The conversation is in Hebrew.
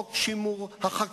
כלכלה ופוליטיקה הן תמיד יחד.